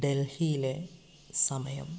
ഡൽഹിയിലെ സമയം